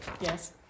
yes